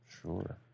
Sure